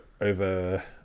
over